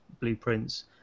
blueprints